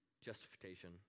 justification